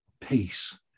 peace